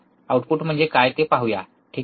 output म्हणजे काय ते पाहूया ठीक आहे